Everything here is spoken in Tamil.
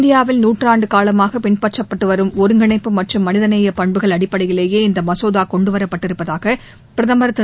இந்தியாவில் நூற்றாண்டு காலமாக பின்பற்றப்பட்டு வரும் ஒருங்கிணைப்பு மற்றும் மனிதநேயப் பண்புகள் அடிப்படையிலேயே இந்த மசோதா கொண்டுவரப்பட்டிருப்பதாக பிரதமர் திரு